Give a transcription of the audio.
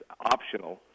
optional